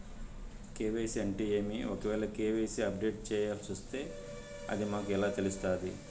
KYC అంటే ఏమి? ఒకవేల కె.వై.సి అప్డేట్ చేయాల్సొస్తే అది మాకు ఎలా తెలుస్తాది?